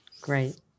Great